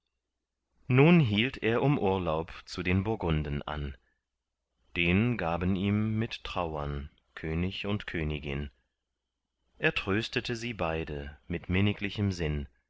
nun hielt er um urlaub zu den burgunden an den gaben ihm mit trauern könig und königin er tröstete sie beide mit minniglichem sinn